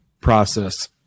process